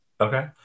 Okay